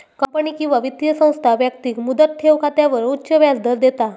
company किंवा वित्तीय संस्था व्यक्तिक मुदत ठेव खात्यावर उच्च व्याजदर देता